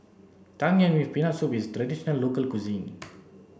Tang Yuen with peanut soup is a traditional local cuisine